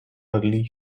early